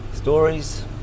stories